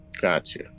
Gotcha